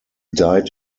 died